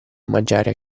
mangiare